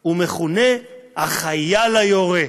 הוא מכונה "החייל היורה".